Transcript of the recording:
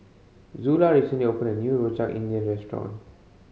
Zula recently opened a new Rojak India restaurant